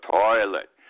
toilet